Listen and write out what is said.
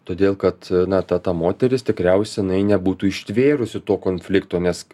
todėl kad na ta ta moteris tikriausia nebūtų ištvėrusi to konflikto nes